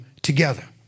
together